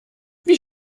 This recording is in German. wie